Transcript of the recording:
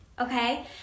Okay